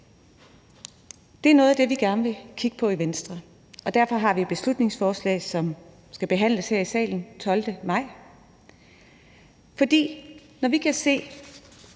Det er noget af det, vi gerne vil kigge på i Venstre, og derfor har vi et beslutningsforslag, som skal behandles her i salen den 12. maj. Vi kan se,